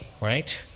right